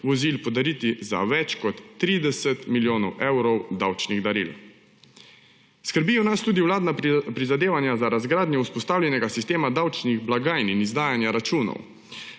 vozil podariti za več kot 30 milijonov evrov davčnih daril. Skrbijo nas tudi vladna prizadevanja za razgradnjo vzpostavljenega sistema davčnih blagajn in izdajanja računov.